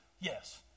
Yes